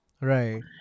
right